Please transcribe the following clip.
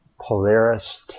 Polaris